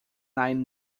nine